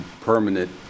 permanent